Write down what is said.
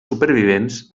supervivents